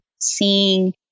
seeing